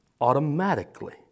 automatically